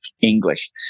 English